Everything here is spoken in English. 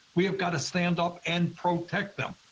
we have got to stand up and protect them.